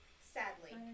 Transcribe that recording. Sadly